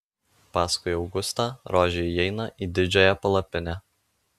paskui augustą rožė įeina į didžiąją palapinę